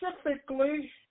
specifically